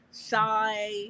shy